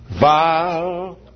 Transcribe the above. vile